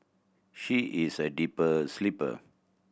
she is a deeper sleeper